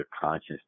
conscious